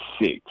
six